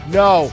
no